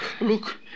Look